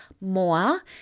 more